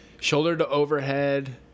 shoulder-to-overhead